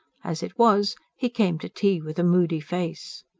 as it was, he came to tea with a moody face.